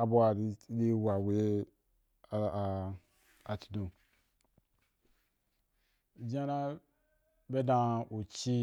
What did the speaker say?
a bu a ri wa wei a achidon jinya na be dan u ci